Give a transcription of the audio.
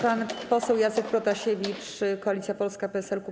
Pan poseł Jacek Protasiewicz, Koalicja Polska - PSL - Kukiz15.